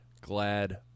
glad